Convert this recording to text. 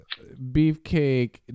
beefcake